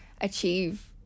achieve